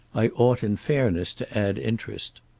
i ought in fairness to add interest.